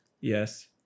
Yes